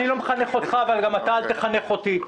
אני לא מחנך אותך, ואתה אל תחנך אותי.